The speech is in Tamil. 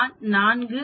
நான் 4 0